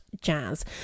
jazz